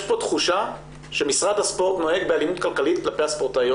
פה תחושה שמשרד הספורט נוהג באלימות כלכלית כלפי הספורטאיות,